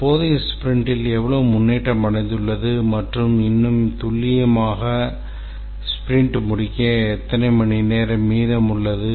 தற்போதைய ஸ்பிரிண்டில் எவ்வளவு முன்னேற்றம் அடைந்துள்ளது மற்றும் இன்னும் துல்லியமாக ஸ்பிரிண்ட் முடிக்க எத்தனை மணி நேரம் மீதமுள்ளது